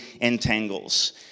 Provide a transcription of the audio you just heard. entangles